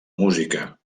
música